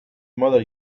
mother